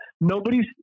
Nobody's